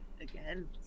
Again